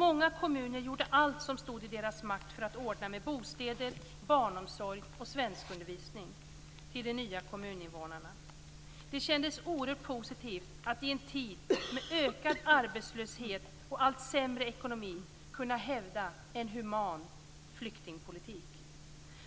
Många kommuner gjorde allt som stod i deras makt för att ordna med bostäder, barnomsorg och svenskundervisning till de nya kommuninvånarna. Det kändes oerhört positivt att i en tid med ökad arbetslöshet och allt sämre ekonomi kunna hävda en human flyktingpolitik.